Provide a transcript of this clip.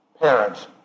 parents